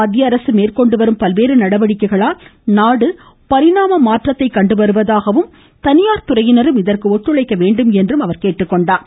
மத்திய அரசு மேற்கொண்டுவரும் பல்வேறு நடவடிக்கைகளால் நாடு பரிணாம மாற்றத்தை கண்டுவருவதாகவும் தனியார் துறையினரும் இதற்கு இத்துழைக்க வேண்டும் என்றும் கேட்டுக்கொண்டார்